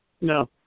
No